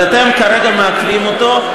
אבל אתם כרגע מעכבים אותו.